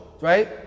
right